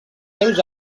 seus